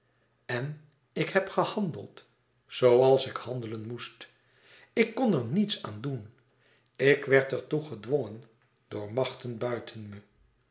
en ik heb gehandeld zooals ik handelen moest ik kon er niets aan doen ik werd er toe gedwongen door machten buiten